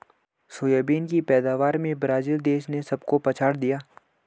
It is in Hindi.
सोयाबीन की पैदावार में ब्राजील देश ने सबको पछाड़ दिया